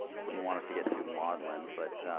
wouldn't want us to get too maudlin but